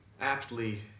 aptly